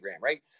right